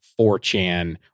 4chan